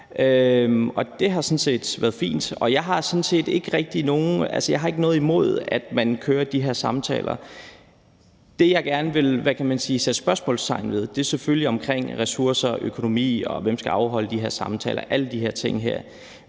set været fint. Jeg har ikke noget imod, at man kører de her samtaler. Det, jeg gerne vil sætte spørgsmålstegn ved, er selvfølgelig det med ressourcer, økonomi, og hvem der skal afholde de her samtaler,